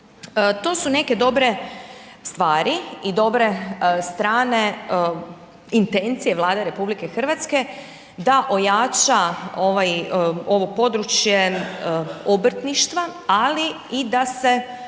To su neke dobre stvari i dobre strane intencije Vlade RH da ojača ovo područje obrtništva ali i da se